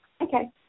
Okay